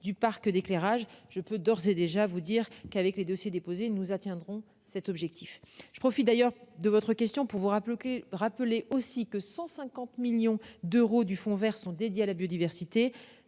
du parc d'éclairage je peux d'ores et déjà vous dire qu'avec les dossiers déposés nous atteindrons cet objectif je profite d'ailleurs de votre question, pour vous rappeler OK rappeler aussi que 150 millions d'euros du fonds verts sont dédié à la biodiversité.